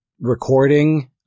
recording